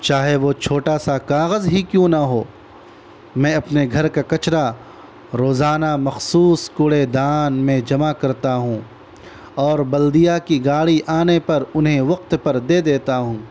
چاہے وہ چھوٹا سا کاغذ ہی کیوں نہ ہو میں اپنے گھر کا کچرا روزانہ مخصوص کوڑے دان میں جمع کرتا ہوں اور بلدیہ کی گاڑی آنے پر انہیں وقت پر دے دیتا ہوں